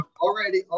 already